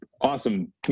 awesome